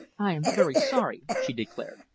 i am very sorry! she declared.